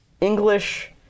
English